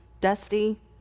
dusty